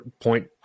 point